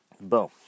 boom